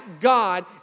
God